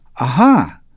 aha